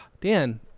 Dan